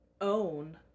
own